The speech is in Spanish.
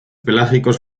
pelágicos